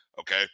Okay